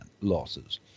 losses